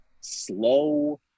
slow